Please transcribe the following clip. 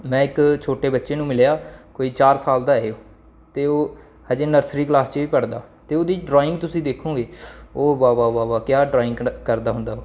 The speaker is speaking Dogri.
में इक छोटे बच्चे नूं मिलेआ कोई चार साल ऐ ओह् ते ओह् अजें नर्सरी कलास च गै पढ़दा हा ते ओह्दी ड्राइंग तुस दिक्खो गै ओह् वाह् वाह् क्या ड्राइिंग करदा होंदा ओह्